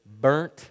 burnt